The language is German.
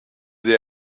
der